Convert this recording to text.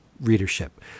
readership